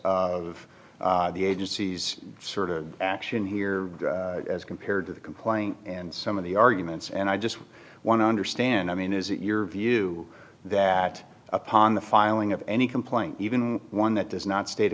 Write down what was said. of the agency's sort of action here as compared to the complaint and some of the arguments and i just want to understand i mean is it your view that upon the filing of any complaint even one that does not state